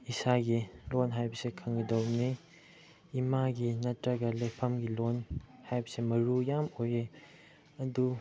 ꯏꯁꯥꯒꯤ ꯂꯣꯟ ꯍꯥꯏꯕꯁꯦ ꯈꯪꯒꯗꯧꯕꯅꯤ ꯏꯃꯥꯒꯤ ꯅꯠꯇ꯭ꯔꯒ ꯂꯩꯐꯝꯒꯤ ꯂꯣꯟ ꯍꯥꯏꯕꯁꯦ ꯃꯔꯨ ꯌꯥꯝ ꯑꯣꯏꯌꯦ ꯑꯗꯨ